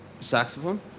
Saxophone